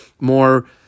more